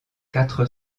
quatre